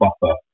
buffer